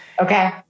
okay